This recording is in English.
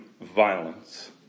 violence